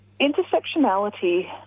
intersectionality